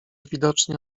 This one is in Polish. widocznie